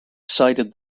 cited